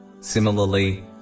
Similarly